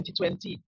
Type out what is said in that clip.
2020